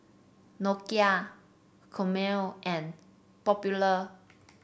Nokia Chomel and Popular